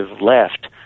left